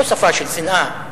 לא שפה של שנאה.